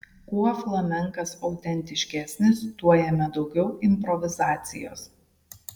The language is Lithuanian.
kuo flamenkas autentiškesnis tuo jame daugiau improvizacijos